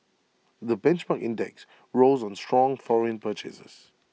the benchmark index rose on strong foreign purchases